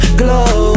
glow